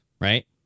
right